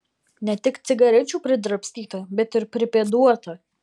ne tik cigarečių pridrabstyta bet ir pripėduota